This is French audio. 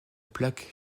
plaque